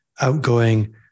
outgoing